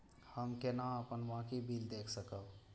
हम केना अपन बाँकी बिल देख सकब?